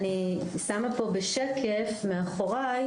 אני שמה פה בשקף מאחוריי,